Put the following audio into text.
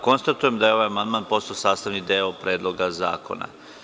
Konstatujem da je ovaj amandman postao sastavni deo Predloga zakona.